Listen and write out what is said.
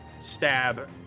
stab